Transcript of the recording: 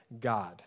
God